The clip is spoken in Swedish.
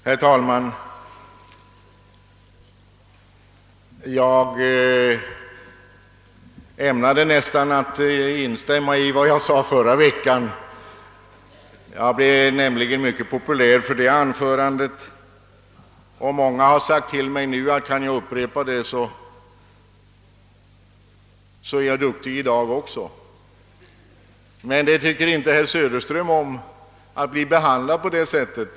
Herr talman! Jag hade nästan tänkt instämma i vad jag själv yttrade förra veckan, Jag blev nämligen mycket populär för det anförandet, och många har sagt till mig, att om jag kan upprepa det i dag också, så är jag duktig. Men herr Söderström tycker inte om att bli behandlad på det sättet.